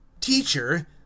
teacher